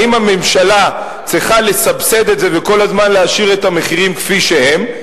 האם הממשלה צריכה לסבסד את זה וכל הזמן להשאיר את המחירים כפי שהם?